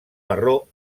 marró